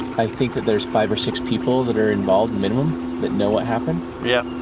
i think that there's five or six people that are involved minimum that know what happened. yeah,